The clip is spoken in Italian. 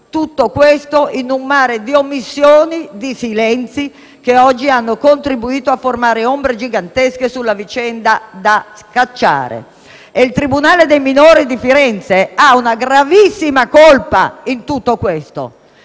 tutto questo in un mare di omissioni, di silenzi, che oggi hanno contribuito a formare ombre gigantesche sulla vicenda da scacciare». E il tribunale dei minori di Firenze ha una gravissima colpa in tutto questo.